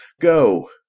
go